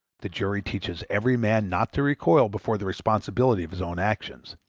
the jury teaches every man not to recoil before the responsibility of his own actions,